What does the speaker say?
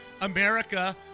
America